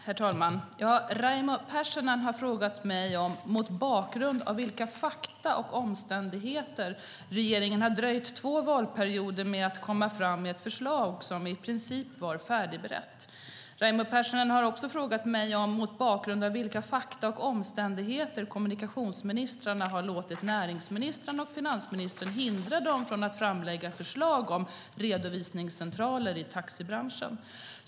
Herr talman! Raimo Pärssinen har frågat mig om mot bakgrund av vilka fakta och omständigheter regeringen har dröjt två valperioder med att komma fram med ett förslag som i princip var färdigberett. Raimo Pärssinen har också frågat mig om mot bakgrund av vilka fakta och omständigheter kommunikationsministrarna har låtit näringsministrarna och finansministern hindra dem från att framlägga förslag om redovisningscentraler i taxibranschen.